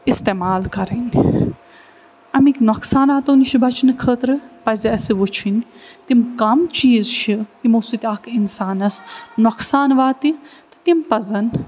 استعمال کَرٕنۍ اَمِکۍ نقصاناتَو نِش بچنہٕ خٲطرٕ پَزِ اَسہِ وُچھِنۍ تِم کَم چیٖز چھِ یِمَو سۭتۍ اَکھ اِنسانَس نقصان واتہِ تہٕ تِم پَزَن